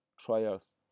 trials